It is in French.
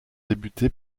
débuté